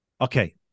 Okay